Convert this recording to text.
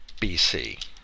BC